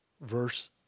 verse